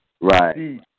Right